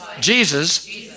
Jesus